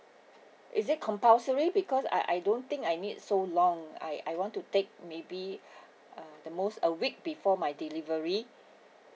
is it compulsory because I I don't think I need so long I I want to take maybe uh the most a week before my delivery